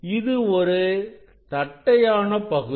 இது ஒரு தட்டையான பகுதி